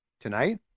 tonight